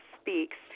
Speaks